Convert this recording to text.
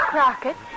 Crockett